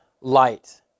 light